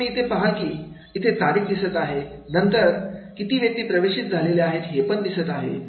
आणि आता तुम्ही इथे पहाल की इथे तारीख दिसत आहे नंतर किती व्यक्ती प्रवेशित झालेल्या आहेत हे दिसत आहे